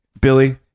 Billy